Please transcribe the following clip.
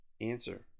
Answer